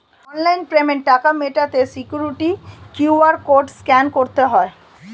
online পেমেন্টে টাকা মেটাতে সিকিউরিটি কিউ.আর কোড স্ক্যান করতে হয়